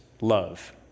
love